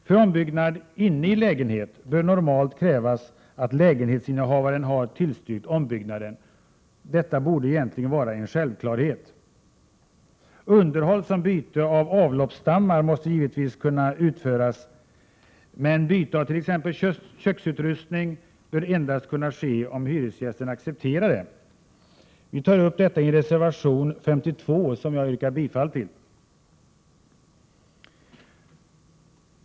För ombyggnad inne i lägenhet bör normalt krävas att lägenhetsinnehavaren har tillstyrkt ombyggnaden. Det borde egentligen vara en självklarhet. Underhåll såsom byte av avloppsstammar måste givetvis kunna utföras, men byte avt.ex. köksutrustning bör endast kunna ske om hyresgästen accepterar detta. Vi tar upp detta i reservation 52, som jag yrkar bifall till.